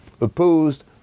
opposed